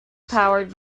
powered